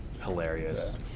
hilarious